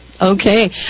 Okay